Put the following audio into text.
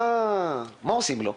מה עושים לה?